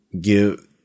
give